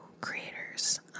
creators